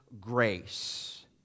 grace